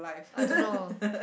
I don't know